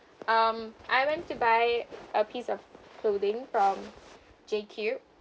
um I went to buy a piece of clothing from J cube